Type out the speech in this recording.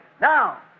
Now